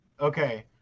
Okay